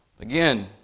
Again